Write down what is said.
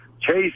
Chase